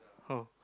oh